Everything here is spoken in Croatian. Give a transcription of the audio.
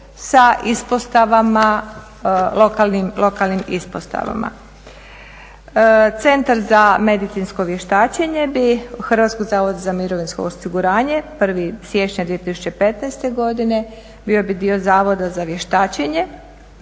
sa ispostavama, lokalnim ispostavama. Centar za medicinsko vještačenje bi Hrvatskom zavodu za mirovinsko osiguranje, 1. siječnja 2015. godine, bio bi dio zavoda za vještačenje.